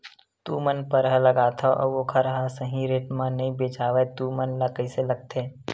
तू मन परहा लगाथव अउ ओखर हा सही रेट मा नई बेचवाए तू मन ला कइसे लगथे?